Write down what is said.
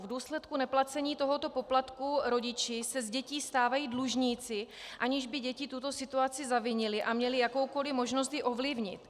V důsledku neplacení tohoto poplatku rodiči se z dětí stávají dlužníci, aniž by děti tuto situaci zavinily a měly jakoukoli možnost ji ovlivnit.